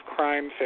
Crime